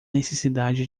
necessidade